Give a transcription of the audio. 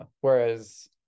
Whereas